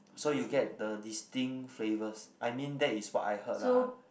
so you get the distinct flavours I mean that is what I heard lah